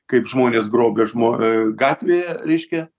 kaip žmonės grobia žmo gatvėje reiškia